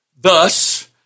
Thus